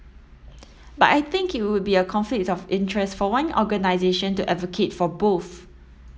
but I think it would be a conflict of interest for one organisation to advocate for both